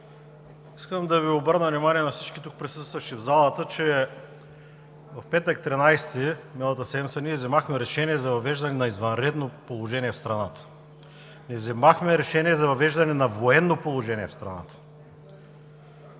Искам да обърна внимание на всички тук присъстващи в залата, че в петък – 13-и, миналата седмица, ние взехме решение за въвеждане на извънредно положение в страната. Не взехме решение за въвеждане на военно положение в страната,